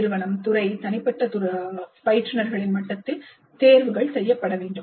நிறுவனம் துறை தனிப்பட்ட பயிற்றுநர்களின் மட்டத்தில் தேர்வுகள் செய்யப்பட வேண்டும்